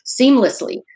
seamlessly